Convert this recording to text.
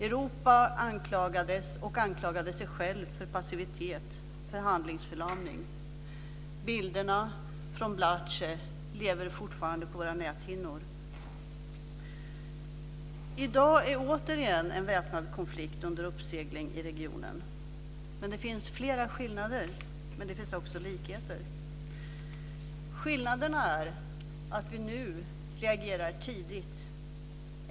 Europa anklagades, och anklagade sig självt, för passivitet och för handlingsförlamning. Bilderna från Blace lever fortfarande på våra näthinnor. I dag är återigen en väpnad konflikt under uppsegling i regionen. Det finns flera skillnader, men det finns också flera likheter. Skillnaderna är att vi nu reagerar tidigt.